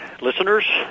listeners